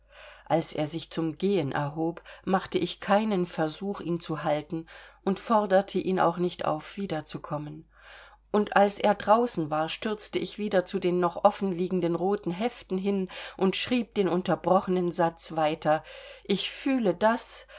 als er sich zum gehen erhob machte ich keinen versuch ihn zu halten und forderte ihn auch nicht auf wiederzukommen und als er draußen war stürzte ich wieder zu den noch offen liegenden roten heften hin und schrieb den unterbrochenen satz weiter ich fühle daß